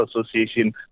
association